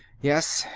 yes,